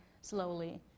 slowly